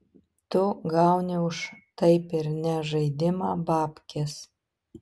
tu gauni už taip ir ne žaidimą bapkes